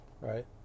right